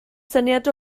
syniad